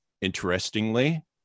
Interestingly